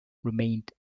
remained